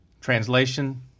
Translation